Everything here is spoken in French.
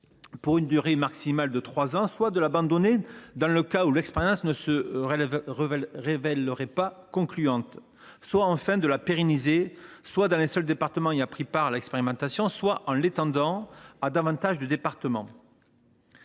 pour une durée maximale de trois ans, soit de l’abandonner, dans le cas où l’expérience ne se révélerait pas concluante, soit enfin de la pérenniser, dans les seuls départements ayant pris part à l’expérimentation ou en l’étendant à davantage de départements.